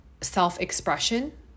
self-expression